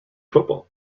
football